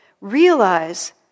realize